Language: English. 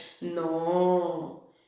no